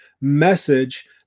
message